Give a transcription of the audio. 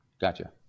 Gotcha